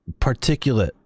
particulate